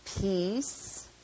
peace